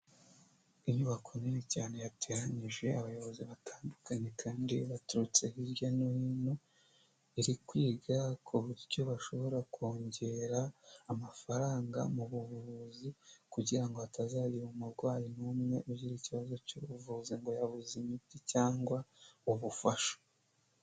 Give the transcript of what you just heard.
Inyubako nini cyane yateranije abayobozi batandukanye kandi baturutse hirya no hino iri kwiga ku buryo bashobora kongera amafaranga mu buvuzi kugira ngo hatazagira umurwayi n'umwe ugira ikibazo cy’ubuvuzi ngo yabuze imiti cyangwa ubufasha.